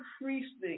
increasing